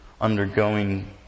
undergoing